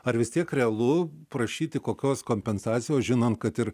ar vis tiek realu prašyti kokios kompensacijos žinant kad ir